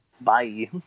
Bye